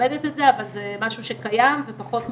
מכבדת את זה, אבל זה דבר שקיים ופחות מוכר,